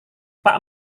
pak